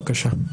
בבקשה.